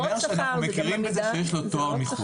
לא, מכירים בזה שיש לו תואר.